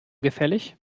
gefällig